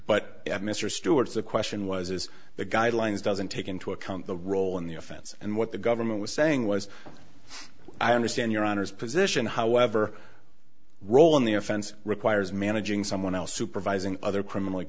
but mr stewart is the question was is the guidelines doesn't take into account the role in the offense and what the government was saying was i understand your honour's position however role in the offense requires managing someone else supervising other criminally